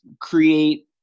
create